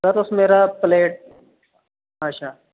sir तुस मेरा plate अच्छा